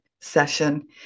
session